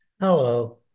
hello